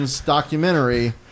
documentary